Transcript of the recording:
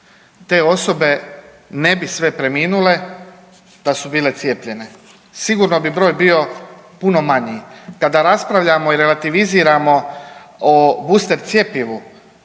Te osobe ne bi sve preminule da su bile cijepljene, sigurno bi broj bio puno manji. Kada raspravljamo i relativiziramo o booster cjepivu